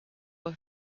were